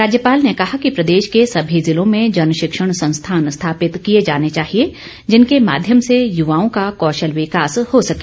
राज्यपाल ने कहा कि प्रदेश के सभी जिलें में जनशिक्षण संस्थान स्थापित किए जाने चाहिए जिनके माध्यम से युवाओं का कौशल विकास हो सके